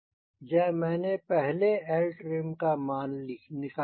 यह मैंने पहले CLtrim का मान निकाला है